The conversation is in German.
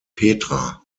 petra